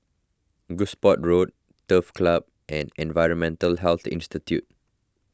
Gosport Road Turf Club and Environmental Health Institute